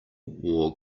wore